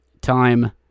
time